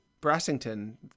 Brassington